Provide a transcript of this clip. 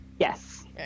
Yes